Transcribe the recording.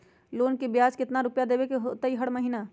Loan के ब्याज कितना रुपैया देबे के होतइ हर महिना?